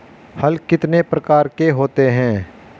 हल कितने प्रकार के होते हैं?